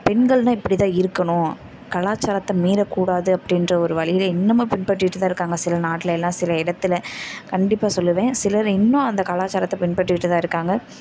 பெண்கள்னால் இப்படி தான் இருக்கணும் கலாச்சாரத்தை மீறக்கூடாது அப்படின்ற ஒரு வழில இன்னமும் பின்பற்றிகிட்டு தான் இருக்காங்க சில நாட்டில் எல்லாம் சில இடத்தில் கண்டிப்பாக சொல்லுவேன் சிலர் இன்னும் அந்த கலாச்சாரத்தை பின்பற்றிகிட்டு தான் இருக்காங்க